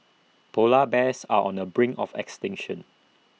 Polar Bears are on the brink of extinction